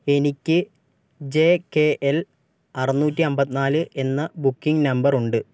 എനിക്ക് J K L അറുന്നൂറ്റി അൻപത്തി നാല് എന്ന ബുക്കിംഗ് നമ്പറുണ്ട്